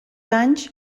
anys